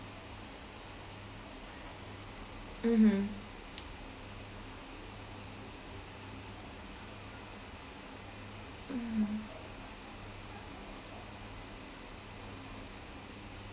mmhmm mm